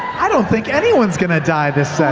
i don't think anyone's going to die this